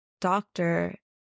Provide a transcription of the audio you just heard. doctor